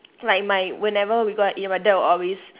like my whenever we go out to eat right my dad will always